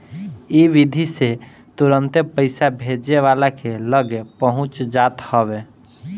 इ विधि से तुरंते पईसा भेजे वाला के लगे पहुंच जात हवे